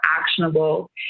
actionable